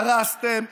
הרסתם,